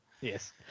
Yes